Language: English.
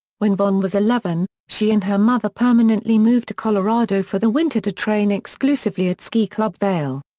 when vonn was eleven, she and her mother permanently moved to colorado for the winter to train exclusively at ski club vail.